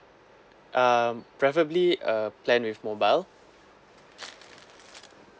um preferably uh plan with mobile